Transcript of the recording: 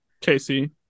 Casey